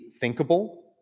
thinkable